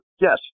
Yes